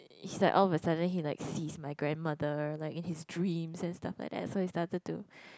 he's like all the sudden he like sees my grandmother like in his dreams and all that then he started to